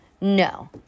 No